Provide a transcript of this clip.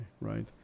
right